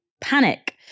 panic